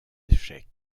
échecs